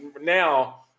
now –